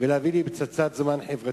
ולהיות לפצצת זמן חברתית.